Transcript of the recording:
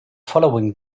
following